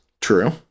True